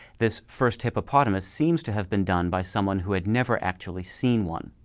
this first hippopotamus seems to have been done by someone who had never actually seen one.